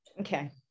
Okay